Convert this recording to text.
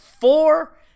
Four